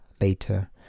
later